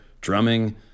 drumming